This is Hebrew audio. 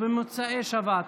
ובמוצאי שבת.